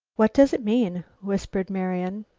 what does it mean? whispered marian.